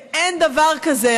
אין דבר כזה,